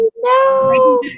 no